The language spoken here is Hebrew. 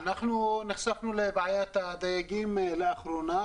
אנחנו נחשפנו לבעיית הדייגים לאחרונה,